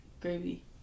gravy